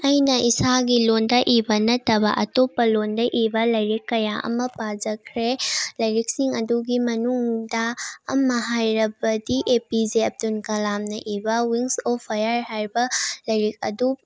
ꯑꯩꯅ ꯏꯁꯥꯒꯤ ꯂꯣꯟꯗ ꯏꯕ ꯅꯠꯇꯕ ꯑꯇꯣꯞꯄ ꯂꯣꯟꯗ ꯏꯕ ꯂꯥꯏꯔꯤꯛ ꯀꯌꯥ ꯑꯃ ꯄꯥꯖꯈ꯭ꯔꯦ ꯂꯥꯏꯔꯤꯛꯁꯤꯡ ꯑꯗꯨꯗꯤ ꯃꯅꯨꯡꯗ ꯑꯃ ꯍꯥꯏꯔꯕꯗꯤ ꯑꯦ ꯄꯤ ꯖꯦ ꯑꯞꯗꯨꯜ ꯀꯂꯥꯝꯅ ꯏꯕ ꯋꯤꯡꯁ ꯑꯣꯐ ꯐꯥꯏꯌꯔ ꯍꯥꯏꯕ ꯂꯥꯏꯔꯤꯛ ꯑꯗꯨ